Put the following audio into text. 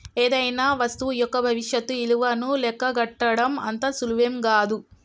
ఏదైనా వస్తువు యొక్క భవిష్యత్తు ఇలువను లెక్కగట్టడం అంత సులువేం గాదు